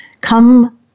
Come